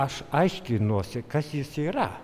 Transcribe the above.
aš aiškinuosi kas jis yra